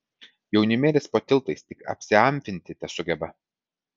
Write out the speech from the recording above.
jaunimėlis po tiltais tik apsiamfinti tesugeba